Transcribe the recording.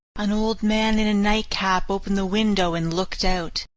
an old man in a nightcap opened the window and looked out.